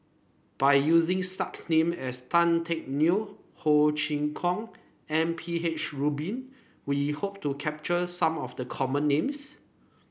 by using such names as Tan Teck Neo Ho Chee Kong and M P H Rubin we hope to capture some of the common names